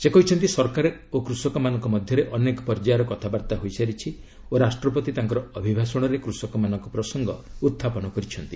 ସେ କହିଛନ୍ତି ସରକାର ଓ କୃଷକମାନଙ୍କ ମଧ୍ୟରେ ଅନେକ ପର୍ଯ୍ୟାୟର କଥାବାର୍ତ୍ତା ହୋଇସାରିଛି ଓ ରାଷ୍ଟ୍ରପତି ତାଙ୍କର ଅଭିଭାଷଣରେ କୃଷକମାନଙ୍କ ପ୍ରସଙ୍ଗ ଉହ୍ଚାପନ କରିଛନ୍ତି